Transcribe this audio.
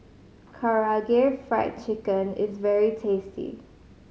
Karaage Fried Chicken is very tasty